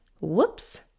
Whoops